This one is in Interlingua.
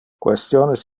questiones